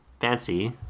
fancy